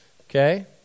Okay